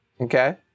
Okay